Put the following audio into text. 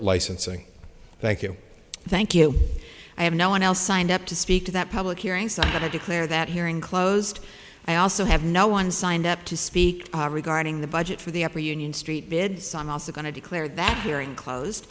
licensing thank you thank you i have no one else signed up to speak to that public hearing so i'm going to declare that hearing closed i also have no one signed up to speak regarding the budget for the upper union street bids on also going to declare that hearing closed